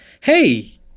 hey